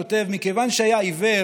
כותב: "מכיוון שהיה עיוור